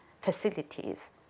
facilities